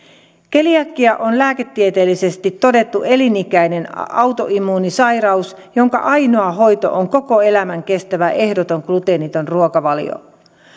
keliakia on lääketieteellisesti todettu elinikäinen autoimmuunisairaus jonka ainoa hoito on koko elämän kestävä ehdoton gluteeniton ruokavalio